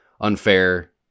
unfair